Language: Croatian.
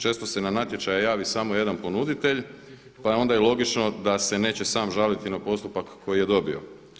Često se na natječaje javi samo jedan ponuditelj pa je onda logično da se neće sam žaliti na postupak koji je dobio.